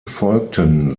folgten